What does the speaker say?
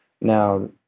Now